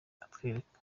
atwereka